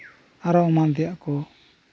ᱟᱨᱚ ᱮᱢᱟᱱ ᱛᱮᱭᱟᱜ ᱠᱚ